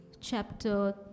chapter